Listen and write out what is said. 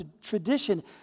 tradition